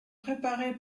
préparé